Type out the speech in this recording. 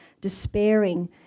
despairing